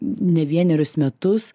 ne vienerius metus